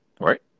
Right